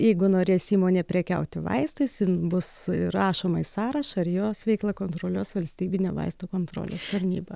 jeigu norės įmonė prekiauti vaistais bus įrašoma į sąrašą ir jos veiklą kontroliuos valstybinė vaistų kontrolės tarnyba